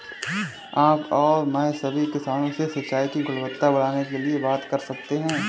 आप और मैं सभी किसानों से सिंचाई की गुणवत्ता बढ़ाने के लिए बात कर सकते हैं